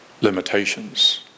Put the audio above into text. limitations